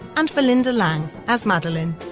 and belinda lang as madeleine,